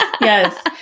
Yes